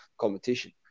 competition